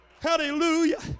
Hallelujah